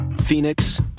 Phoenix